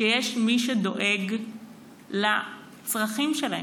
שיש מי שדואג לצרכים שלהן,